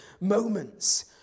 moments